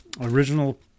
Original